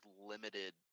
limited